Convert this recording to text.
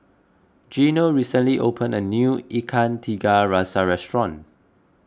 Gino recently opened a new Ikan Tiga Rasa Restaurant